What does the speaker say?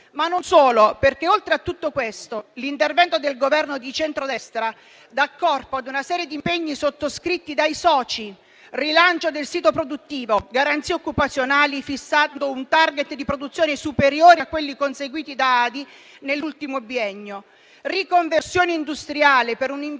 Ancora, oltre a tutto questo, l'intervento del Governo di centrodestra dà corpo a una serie di impegni sottoscritti dai soci: rilancio del sito produttivo; garanzie occupazionali, fissando un *target* di produzione superiore a quelli conseguiti da Acciaierie d'Italia nell'ultimo biennio; riconversione industriale per un impianto